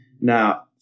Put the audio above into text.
Now